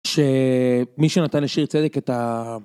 שמישהו נתן לשיר צדק את ה...